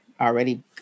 already